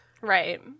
right